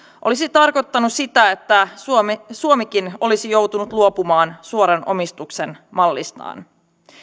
olisi tarkoittanut sitä että suomikin olisi joutunut luopumaan suoran omistuksen mallistaan